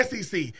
SEC